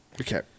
Okay